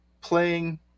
playing